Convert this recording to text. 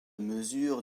mesures